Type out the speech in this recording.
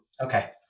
Okay